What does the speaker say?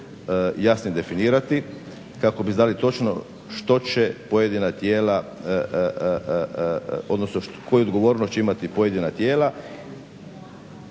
jasnije definirati kako bi znali točno što će pojedina tijela, odnosno koju odgovornost će imati pojedina tijela,